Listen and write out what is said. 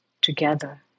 together